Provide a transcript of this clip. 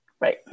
Right